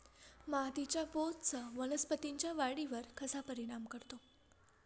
मातीच्या पोतचा वनस्पतींच्या वाढीवर कसा परिणाम करतो?